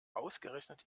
ausgerechnet